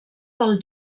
del